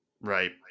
Right